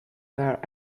bar